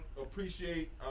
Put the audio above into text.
appreciate